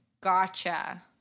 Gotcha